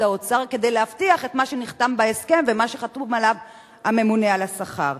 האוצר כדי להבטיח את מה שנחתם בהסכם ומה שחתום עליו הממונה על השכר.